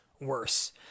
worse